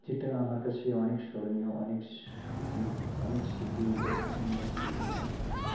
যেটা আমার কাছে অনেক স্মরণীয় অনেক স্মুতি অনেক স্মৃতি এর পেছনে লুকিয়ে রয়েছে